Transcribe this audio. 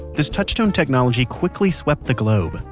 this touch tone technology quickly swept the globe,